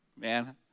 man